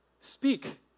speak